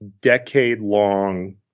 decade-long